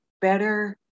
better